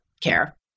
care